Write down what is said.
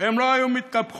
והן לא היו מתקפחות.